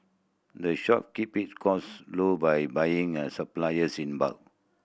the shop keep it cost low by buying its supplies in bulk